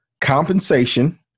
compensation